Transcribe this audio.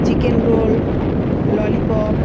chicken roll lollypop